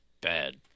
bad